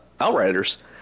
Outriders